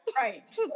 right